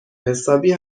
حسابی